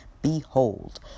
Behold